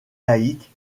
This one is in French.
laïque